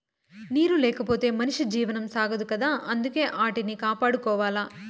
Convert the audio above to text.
నీరు లేకపోతె మనిషి జీవనం సాగదు కదా అందుకే ఆటిని కాపాడుకోవాల